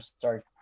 sorry